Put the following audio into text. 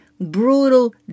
brutal